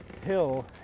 hill